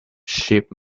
ship